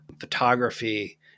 photography